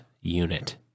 unit